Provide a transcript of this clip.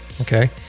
okay